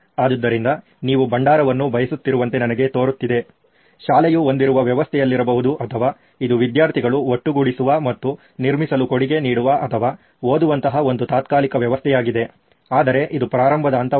ಆದ್ದರಿಂದ ನೀವು ಭಂಡಾರವನ್ನು ಬಯಸುತ್ತಿರುವಂತೆ ನನಗೆ ತೋರುತ್ತಿದೆ ಶಾಲೆಯು ಹೊಂದಿರುವ ವ್ಯವಸ್ಥೆಯಲ್ಲಿರಬಹುದು ಅಥವಾ ಇದು ವಿದ್ಯಾರ್ಥಿಗಳು ಒಟ್ಟುಗೂಡಿಸುವ ಮತ್ತು ನಿರ್ಮಿಸಲು ಕೊಡುಗೆ ನೀಡುವ ಅಥವಾ ಓದುವಂತಹ ಒಂದು ತಾತ್ಕಾಲಿಕ ವ್ಯವಸ್ಥೆಯಾಗಿದೆ ಆದರೆ ಇದು ಪ್ರಾರಂಭದ ಹಂತವಾಗಿದೆ